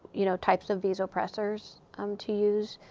you know, types of vaspressors um to use,